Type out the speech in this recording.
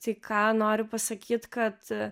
tai ką noriu pasakyt kad